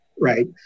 right